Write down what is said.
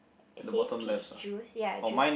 it says peach juice ya a juice